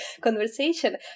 conversation